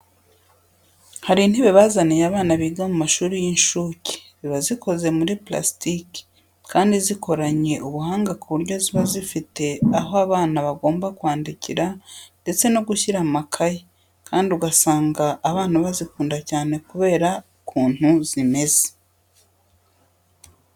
Hari intebe bazaniye abana biga mu mashuri y'inshuke, ziba zikoze muri parasitike kandi zikoranye ubuhanga ku buryo ziba zifite aho abana bagomba kwandikira ndetse no gushyira amakayi kandi usanga abana bazikunda cyane kubera ukuntu zimeze.